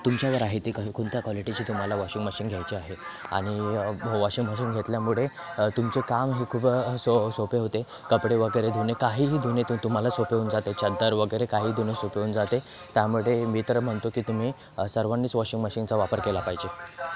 तुमच्यावर आहे ते कोणत्या क्वालिटीची तुम्हाला वॉशिंग मशीन घ्यायची आहे आणि वॉशिंग मशीन घेतल्यामुळे तुमचं काम हे खूप सो सोपे होते कपडे वगैरे धुणे काहीही धुणे ते तुम्हाला सोपे होऊन जाते चद्दर वगैरे काही धुणे सोपे होऊन जाते त्यामुळे मी तर म्हणतो की तुम्ही सर्वांनीच वॉशिंग मशीनचा वापर केला पाहिजे